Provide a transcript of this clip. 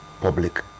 public